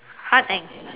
art and